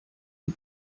wie